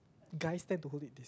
guys tend to hold it this